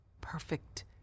perfect